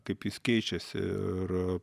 kaip jis keičiasi ir